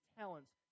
talents